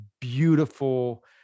beautiful